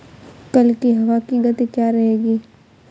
कल की हवा की गति क्या रहेगी?